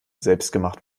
selbstgemacht